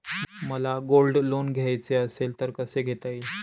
मला gold loan घ्यायचे असेल तर कसे घेता येईल?